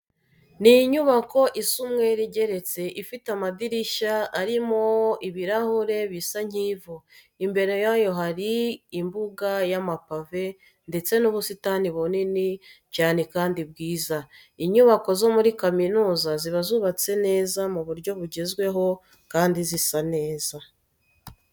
Ni inyubako isa umweru igeretse, ifite amadirishya arimo ibirahure bisa nk'ivu. Imbere yayo hari umbuga y'amapave ndetse n'ubusitani bunini cyane kandi bwiza. Inyubako zo muri kaminuza ziba zubatse neza mu buryo bugezweho kandi zisa neza.